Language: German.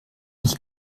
mich